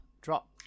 drop